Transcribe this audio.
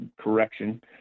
correction